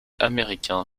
américain